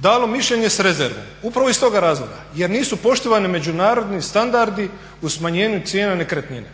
dalo mišljenje s rezervom upravo iz toga razloga jer nisu poštivani međunarodni standardi u smanjenju cijene nekretnine.